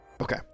okay